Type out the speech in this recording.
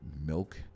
milk